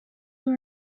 were